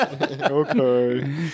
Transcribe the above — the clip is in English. Okay